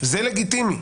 זה לגיטימי,